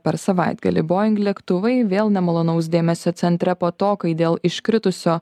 per savaitgalį bojing lėktuvai vėl nemalonaus dėmesio centre po to kai dėl iškritusio